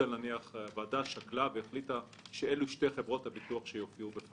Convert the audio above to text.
רק כי הוועדה שקלה והחליטה שאלו שתי חברות הביטוח שיופיעו בפניה.